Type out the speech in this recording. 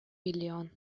миллион